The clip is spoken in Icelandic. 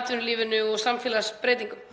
atvinnulífinu og samfélagsbreytingum.